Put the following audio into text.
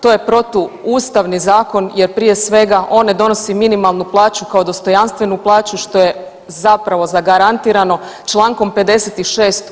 To je protuustavni zakon jer prije svega on ne donosi minimalnu plaću kao dostojanstvenu plaću što je zapravo zagarantirano Člankom 56.